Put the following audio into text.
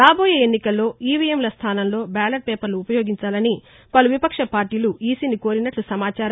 రాబోయే ఎన్నికల్లో ఈవీఎంల స్థానంలో బ్యాలెట్ పేపర్లు ఉపయోగించాలని పలు విపక్ష పార్టీలు ఈసీని కోరినట్ల సమాచారం